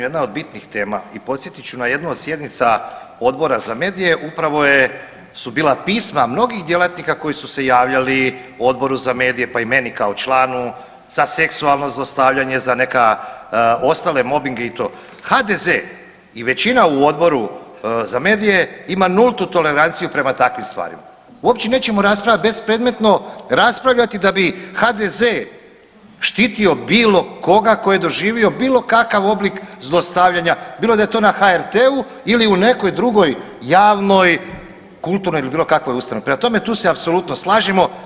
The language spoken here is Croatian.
Jedna od bitnih tema i podsjetit ću na jednu od sjednica Odbora za medije, upravo su bila pisma mnogih djelatnika koji su se javljali Odboru za medije pa i meni kao članu, za seksualno zlostavljanje, za neka ostale mobinge i to, HDZ i većina u Odboru za medije ima nultu toleranciju prema takvim stvarima, uopće nećemo raspravljati, bespredmetno raspravljati da bi HDZ štitio bilo koga tko je doživio bilo kakav oblik zlostavljanja, bilo da je to na HRT-u ili u nekoj drugoj javnoj, kulturnoj ili bilo kakvoj ustanovi, prema tome tu se apsolutno slažemo.